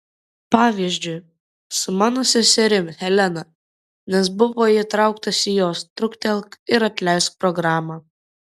pavyzdžiui su mano seserim helena nes buvo įtrauktas į jos truktelk ir atleisk programą